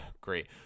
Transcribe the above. great